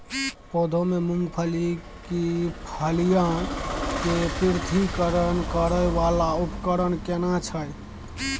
पौधों से मूंगफली की फलियां के पृथक्करण करय वाला उपकरण केना छै?